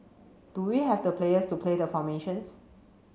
do we have the players to play the formations